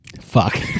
fuck